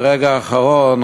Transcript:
ברגע האחרון,